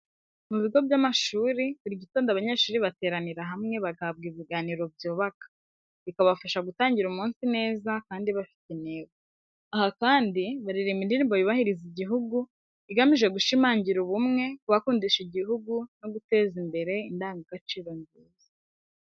Mu bigo bya mashuri, buri gitondo abanyeshuri bateranira hamwe bagahabwa ibiganiro byubaka, bikabafasha gutangira umunsi neza kandi bafite intego. Aha kandi, baririmba indirimbo yubahiriza igihugu, igamije gushimangira ubumwe, kubakundisha igihugu no guteza imbere indangagaciro nziza.